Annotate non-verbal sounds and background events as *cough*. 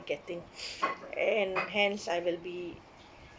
getting *breath* and hence I will be